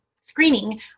screening